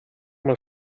mal